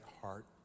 heart